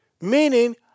Meaning